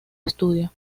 estudio